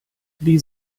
wie